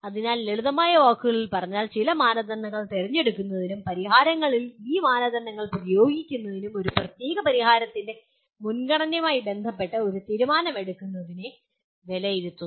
അതിനാൽ ലളിതമായ വാക്കുകളിൽ പറഞ്ഞാൽ ചില മാനദണ്ഡങ്ങൾ തിരഞ്ഞെടുക്കുന്നതിനും പരിഹാരങ്ങളിൽ ഈ മാനദണ്ഡങ്ങൾ പ്രയോഗിക്കുന്നതിനും ഒരു പ്രത്യേക പരിഹാരത്തിന്റെ മുൻഗണനയുമായി ബന്ധപ്പെട്ട് തീരുമാനമെടുക്കുന്നതിന് വിലയിരുത്തുന്നു